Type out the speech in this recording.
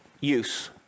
use